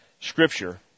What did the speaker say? Scripture